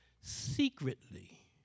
secretly